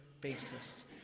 basis